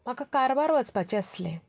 म्हाका कारवार वचपाचें आसलें